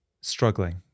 struggling